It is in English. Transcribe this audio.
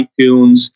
iTunes